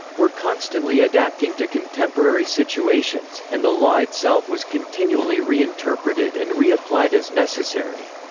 were constantly adapting to contemporary situations, and the law itself was continually reinterpreted and reapplied as necessary.